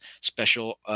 special